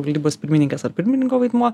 valdybos pirmininkas ar pirmininko vaidmuo